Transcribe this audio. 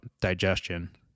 digestion